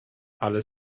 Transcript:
ale